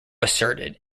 asserted